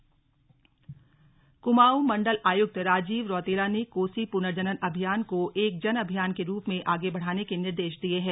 कोसी पुनर्जनन अभियान कुमाऊं मण्डल आयुक्त राजीव रौतेला ने कोसी पुनर्जनन अभियान को एक जन अभियान के रूप में आगे बढ़ाने के निर्देश दिये हैं